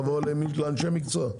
תבוא לאנשי המקצוע.